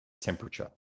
temperature